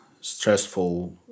stressful